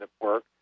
work